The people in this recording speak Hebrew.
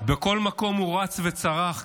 בכל מקום הוא רץ וצרח,